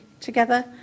together